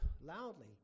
loudly